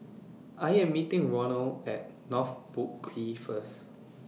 I Am meeting Ronal At North Boat Quay First